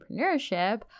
entrepreneurship